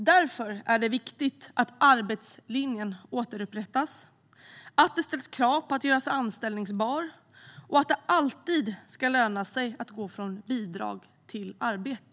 Därför är det viktigt att arbetslinjen återupprättas, att det ställs krav på att göra sig anställbar och att det alltid ska löna sig att gå från bidrag till arbete.